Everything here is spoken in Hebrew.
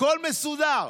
הכול מסודר,